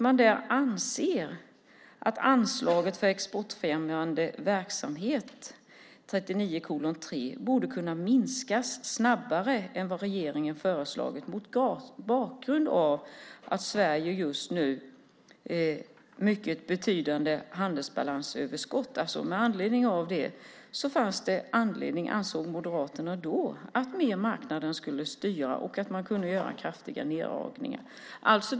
Man ansåg att anslaget för exportfrämjande verksamhet, 39:3, borde kunna minskas snabbare än vad regeringen föreslagit mot bakgrund av Sveriges just då mycket betydande handelsbalansöverskott. Mot bakgrund av det fanns det alltså anledning, ansåg Moderaterna, att låta marknaden styra mer och att göra kraftiga neddragningar.